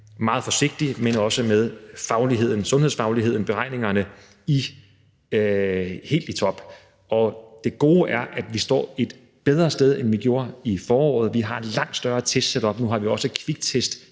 meget forsigtigt til det her, men også med fagligheden, sundhedsfagligheden, beregningerne helt i top, og det gode er, at vi står et bedre sted, end vi gjorde i foråret. Vi har et langt større testsetup, og nu har vi også kviktest,